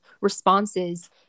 responses